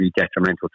detrimental